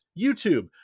YouTube